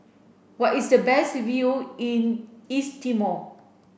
where is the best view in East Timor